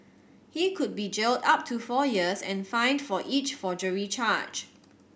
he could be jailed up to four years and fined for each forgery charge